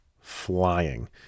flying